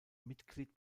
mitglied